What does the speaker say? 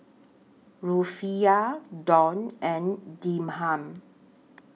Rufiyaa Dong and Dirham